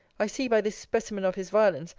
i see by this specimen of his violence,